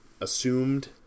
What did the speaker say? assumed